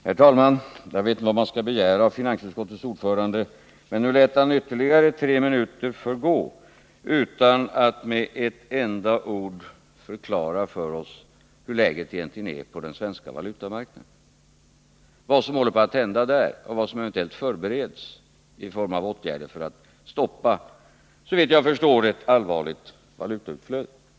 Herr talman! Jag vet inte vad man kan begära av finansutskottets ordförande, men nu lät han ytterligare tre minuter förgå utan att med ett enda ord förklara för oss hur läget egentligen är på den svenska valutamarknaden, vad som håller på att hända där och vilka åtgärder som eventuellt förbereds för att stoppa ett såvitt jag förstår allvarligt valutautflöde.